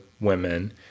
women